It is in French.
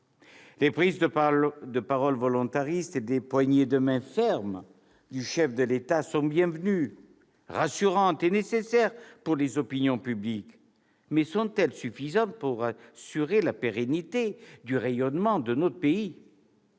Les prises de parole volontaristes et les poignées de main fermes du chef de l'État sont bienvenues, rassurantes et nécessaires pour les opinions publiques ; mais sont-elles suffisantes pour assurer la pérennité du rayonnement de notre pays ?